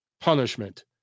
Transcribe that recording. punishment